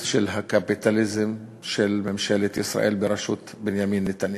של הקפיטליזם של ממשלת ישראל בראשות בנימין נתניהו.